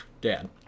Dad